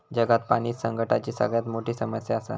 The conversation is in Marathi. जगात पाणी संकटाची सगळ्यात मोठी समस्या आसा